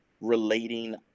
relating